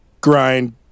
grind